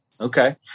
Okay